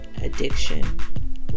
addiction